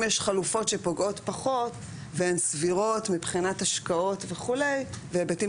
אם יש חלופות שפוגעות פחות והן סבירות מבחינת השקעות וכו' והיבטים